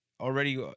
already